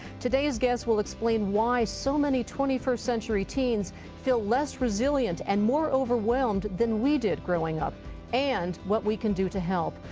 today's guests will explain why so many twenty first century teens feel less resilient and more overwhelmed than we did growing up and what we can do to help.